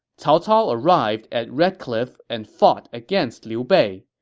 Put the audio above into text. cao cao arrived at red cliff and fought against liu bei.